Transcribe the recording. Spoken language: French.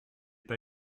pas